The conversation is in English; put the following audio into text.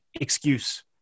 excuse